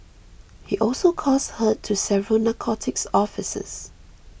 he also caused hurt to several narcotics officers